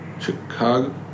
Chicago